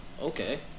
Okay